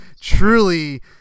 truly